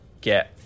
get